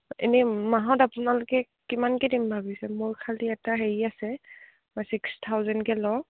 এনেই মাহত আপোনালোকে কিমানকৈ দিম ভাবিছে মোৰ খালি এটা হেৰি আছে মই ছিক্স থাউজেণ্ডকৈ লওঁ